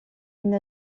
une